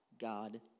God